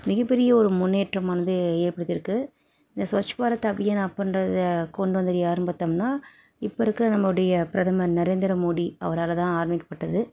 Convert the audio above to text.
மிகப்பெரிய ஒரு முன்னேற்றமானது ஏற்படுத்தியிருக்குது இந்த ஸ்வச் பாரத் அபியான் அப்புடின்றத கொண்டு வந்தது யாருன்னு பாத்தோம்ன்னா இப்போ இருக்கிற நம்முடைய பிரதமர் நரேந்திர மோடி அவரால்தான் ஆரம்பிக்கப்பட்டது